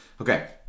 Okay